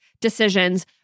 decisions